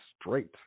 straight